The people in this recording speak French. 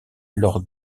lors